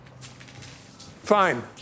Fine